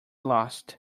lost